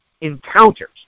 encounters